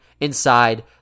inside